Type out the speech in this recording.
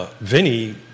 Vinny